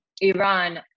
Iran